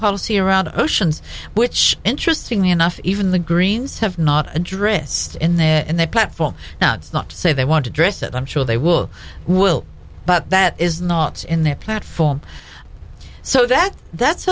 policy around oceans which interesting enough even the greens have not addressed in their in their platform now that's not to say they want to dress it i'm sure they will will but that is not in their platform so that's that's